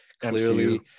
Clearly